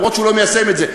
גם אם הוא לא מיישם את זה,